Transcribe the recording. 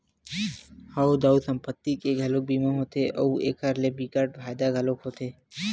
हव दाऊ संपत्ति के घलोक बीमा होथे अउ एखर ले बिकट फायदा घलोक होथे